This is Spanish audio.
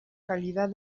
calidad